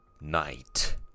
night